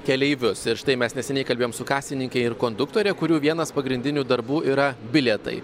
keleivius ir štai mes neseniai kalbėjom su kasininke ir konduktore kurių vienas pagrindinių darbų yra bilietai